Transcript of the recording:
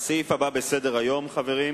אדוני היושב-ראש, חברי חברי